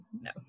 no